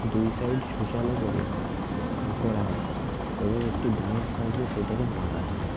দুই সাইড ছুঁচালো করে করা হতো এবং একটি ডাংয়ের সাহায্যে সেটাকে মারা হতো